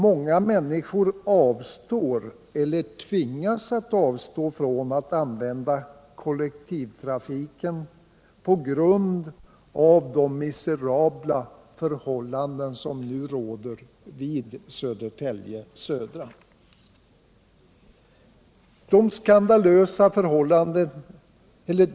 Många människor avstår eller tvingas att avstå från att använda kollektivtrafiken på grund av de miserabla förhållanden som nu råder vid Södertälje central.